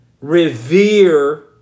revere